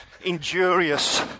injurious